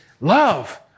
love